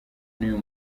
nuyu